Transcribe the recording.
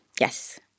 Yes